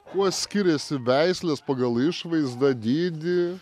kuo skiriasi veislės pagal išvaizdą dydį